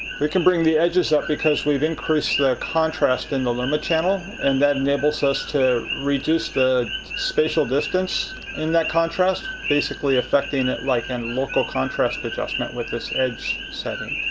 we can bring the edges up because we've increased the contrast in the luma channel. and that enables us to reduce the spatial distance in that contrast, basically affecting it like a and local contrast adjustment with this edge setting.